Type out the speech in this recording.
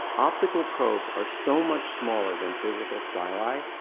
optical probes are so much smaller than physical styli,